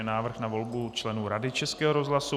Návrh na volbu členů Rady Českého rozhlasu